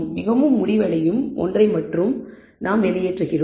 மிகவும் முடிவடையும் ஒன்றை மட்டுமே நாம் வெளியேற்றுகிறோம்